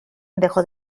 dejó